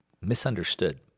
misunderstood